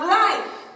life